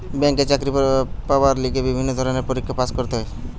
ব্যাংকে চাকরি পাবার লিগে বিভিন্ন ধরণের পরীক্ষায় পাস্ করতে হয়